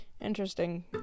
Interesting